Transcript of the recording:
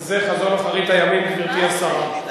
זה חזון אחרית הימים, גברתי השרה.